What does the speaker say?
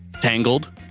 Tangled